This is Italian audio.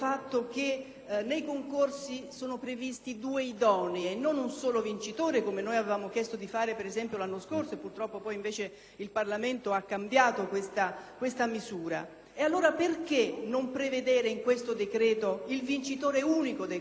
nei concorsi sono previsti due idonei e non un solo vincitore, come noi avevamo chiesto di fare, per esempio, l'anno e purtroppo poi invece il Parlamento ha cambiato questa misura. Allora perché non prevedere nel provvedimento il vincitore unico dei concorsi?